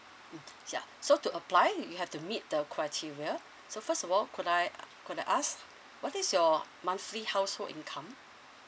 mm ya so to apply you have to meet the criteria so first of all could I uh could I ask what is your monthly household income